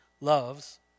loves